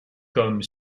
comme